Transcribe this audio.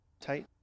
Tight